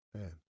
Man